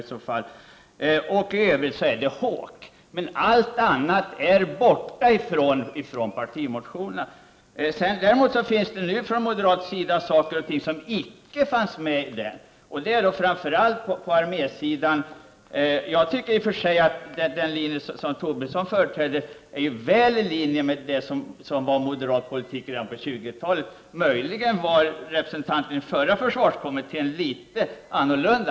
I övrigt handlar det om Hawk. Men allt annat är borta från partimotionerna. Däremot har moderaterna nu tagit med saker som inte fanns med i partimotionerna, och det gäller främst armé sidan. Jag tycker i och för sig att det som Lars Tobisson nu säger ligger väl i linje med det som var moderat politik redan på 20-talet. Möjligen var representanten i den förra försvarskommittén litet annorlunda.